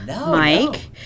Mike